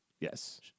yes